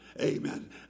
amen